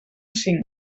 cinc